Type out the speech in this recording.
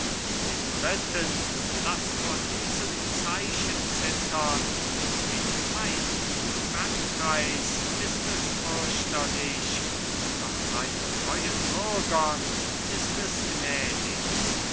den briten laß vor diesem zeichen zittern den feinden frankreichs ist es fürchterlich doch seinen treuen bürgern ist es